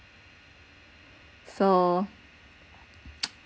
so